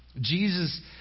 Jesus